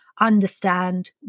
understand